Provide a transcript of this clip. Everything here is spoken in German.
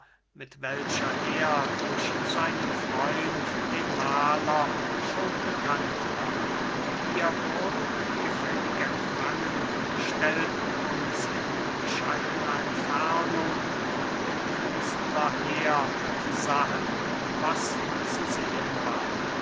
mit welcher er durch seinen freund den mahler schon bekannt war wir wurden gefällig empfangen stellten uns in bescheidener entfernung um den künstler her und sahen was zu sehen war